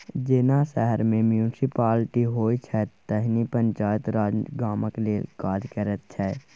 जेना शहर मे म्युनिसप्लिटी होइ छै तहिना पंचायती राज गामक लेल काज करैत छै